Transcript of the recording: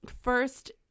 first